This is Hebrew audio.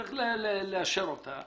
צריך לאשר אותה